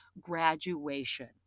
graduation